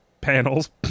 panels